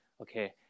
Okay